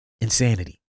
Insanity